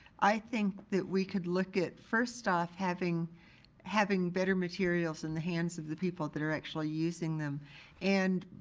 i think that we could look at, first off, having having better materials in the hands of the people that are actually using them and,